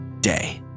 day